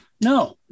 No